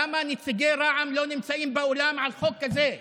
למה נציגי רע"מ לא נמצאים באולם על חוק כזה?